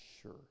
sure